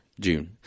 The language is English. June